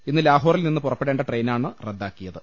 ഇന്ന് ലാഹോറിൽ നിന്ന് പുറപ്പെടേണ്ട ട്രെയിനാണ് റദ്ദാക്കിയത്